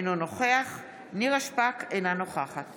אינו נוכח נירה שפק, אינה נוכחת